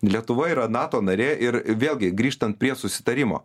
lietuva yra nato narė ir vėlgi grįžtan prie susitarimo